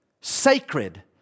sacred